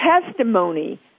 testimony